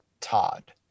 Todd